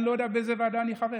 אני לא יודע באיזו ועדה אני חבר,